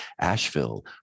Asheville